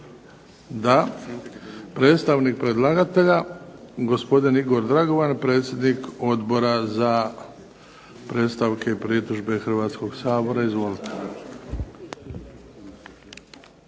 Da. Predstavnik predlagatelja gospodin Igor Dragovan predsjednik Odbora za predstavke i pritužbe Hrvatskog sabora. Izvolite.